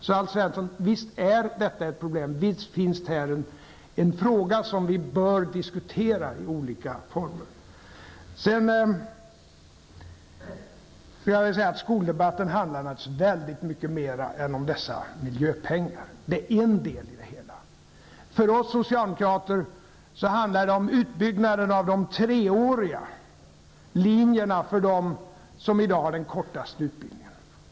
Så, Alf Svensson, visst är detta ett problem och visst finns här en fråga som vi bör diskutera i olika former. Skoldebatten handlar naturligtvis om väldigt mycket mera än om dessa skolpengar. Skolpengarna är en del i det hela. För oss socialdemokrater handlar skoldebatten också om utbyggnaden av de treåriga linjerna för dem som i dag har den kortaste utbildningen.